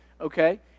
okay